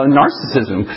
narcissism